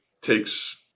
takes